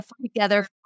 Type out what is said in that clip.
Together